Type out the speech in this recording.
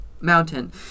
mountain